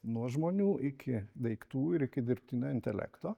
nuo žmonių iki daiktų ir iki dirbtinio intelekto